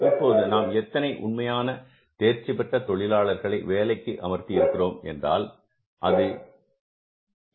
இப்போது நாம் எத்தனை உண்மையான தேர்ச்சிபெற்ற தொழிலாளர்களை வேலைக்கு அமர்த்தி இருக்கிறோம் என்றால் அது 2